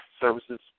services